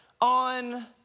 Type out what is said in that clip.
on